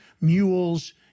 mules